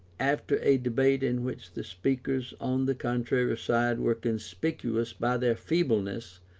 after a debate in which the speaker's on the contrary side were conspicuous by their feebleness,